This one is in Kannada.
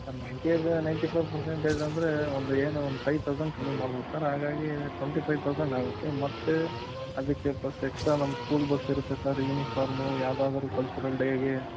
ಸರ್ ನೈಂಟಿ ಅದು ನೈಂಟಿ ಫೈವ್ ಪರ್ಸೆಂಟೇಜ್ ಅಂದರೆ ಒಂದು ಏನು ಫೈವ್ ತೌಸಂಡ್ ಕಮ್ಮಿ ಮಾಡ್ಬೌದು ಸರ್ ಹಾಗಾಗಿ ಟೊಂಟಿ ಫೈವ್ ತೌಸಂಡ್ ಆಗತ್ತೆ ಮತ್ತೆ ಅದಕ್ಕೆ ಪ್ಲಸ್ ಎಕ್ಸ್ಟ್ರಾ ನಮ್ಮ ಸ್ಕೂಲ್ ಬಸ್ ಇರುತ್ತೆ ಸರ್ ಯುನಿಫಾರ್ಮು ಯಾವುದಾದ್ರು ಕಲ್ಚರಲ್ ಡೇಗೆ